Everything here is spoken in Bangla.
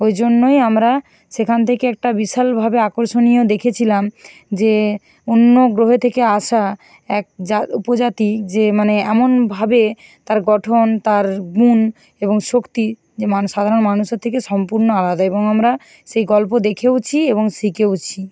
ওই জন্যই আমরা সেখান থেকে একটা বিশালভাবে আকর্ষণীয় দেখেছিলাম যে অন্য গ্রহ থেকে আসা এক উপজাতি যে মানে এমনভাবে তার গঠন তার গুণ এবং শক্তি যে সাধারণ মানুষের থেকে সম্পূর্ণ আলাদা এবং আমরা সেই গল্প দেখেওছি এবং শিখেওছি